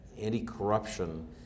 anti-corruption